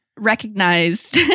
Recognized